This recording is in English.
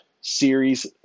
series